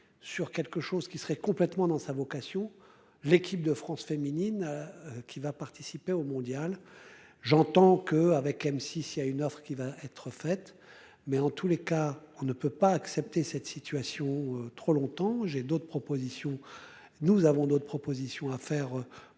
sur quelque chose qui serait complètement dans sa vocation, l'équipe de France féminine. Qui va participer au Mondial. J'entends que avec M6. Il a une offre qui va être fait, mais en tous les cas on ne peut pas accepter cette situation trop longtemps j'ai d'autres propositions. Nous avons d'autres propositions à faire pour